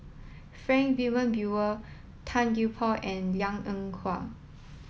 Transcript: Frank Wilmin Brewer Tan Gee Paw and Liang Eng Hwa